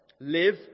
live